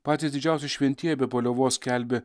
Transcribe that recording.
patys didžiausi šventieji be paliovos skelbė